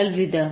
अलविदा